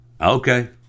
Okay